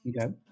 Okay